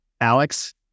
Alex